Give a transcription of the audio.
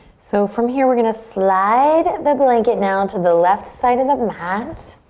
so from here we're gonna slide the blanket down to the left side of the mat.